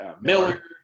Miller